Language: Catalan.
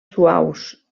suaus